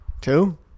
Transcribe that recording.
Two